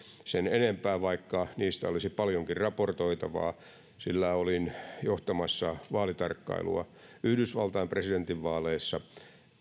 sen enempää vaikka niistä olisi paljonkin raportoitavaa sillä olin johtamassa vaalitarkkailua yhdysvaltain presidentinvaaleissa